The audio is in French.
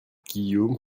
guillaume